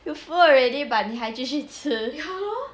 you full already but 你还继续吃